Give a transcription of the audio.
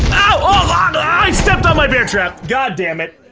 ahh ow ahgg i stepped on my bear trap, god dammit.